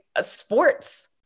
sports